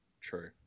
True